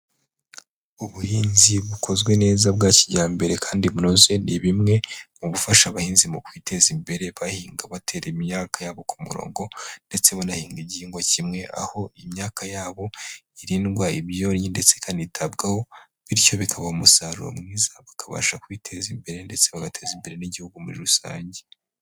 Ubuhinzi bukozwe neza bwa kijyambere kandi bunoze, ni bimwe mu gufasha abahinzi mu kwiteza imbere, bahinga batera imyaka yabo ku murongo, ndetse banahinga igihingwa kimwe, aho imyaka yabo irindwa ibyonnyi, ndetse ikanitabwaho bityo bikabaha umusaruro mwiza, bakabasha kwiteza imbere ndetse bagateza imbere n'igihugu muri rusange.